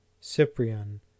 Cyprian